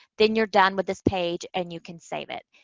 then you're done with this page and you can save it.